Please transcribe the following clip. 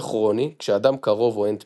אבל כרוני כשאדם קרוב או אין תמיכה,